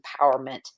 empowerment